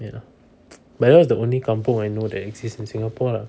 ya lah but then it's the only kampung I know that exists in singapore lah